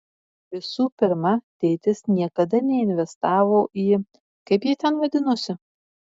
visų pirma tėtis niekada neinvestavo į kaip ji ten vadinosi